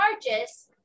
charges